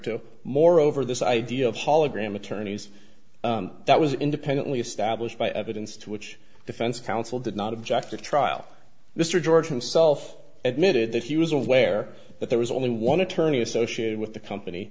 roberto moreover this idea of hologram attorneys that was independently established by evidence to which defense counsel did not object to trial mr george himself admitted that he was aware that there was only one attorney associated with the company